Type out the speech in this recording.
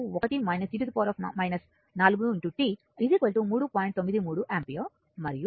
93 ampere మరియు t 0